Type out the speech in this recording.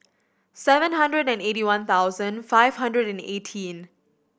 seven hundred and eighty one thousand five hundred and eighteen